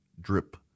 drip